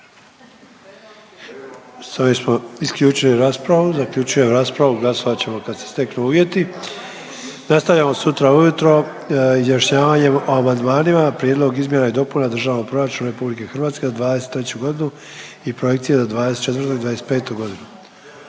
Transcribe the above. ovime smo zaključili raspravu. Zaključujem raspravu. Glasovat ćemo kad se steknu uvjeti. Nastavljamo sutra u jutro izjašnjavanjem o amandmanima Prijedlog izmjena i dopuna Državnog proračuna Republike Hrvatske za 2023. godinu i projekcije za 2024. i 2025. godinu.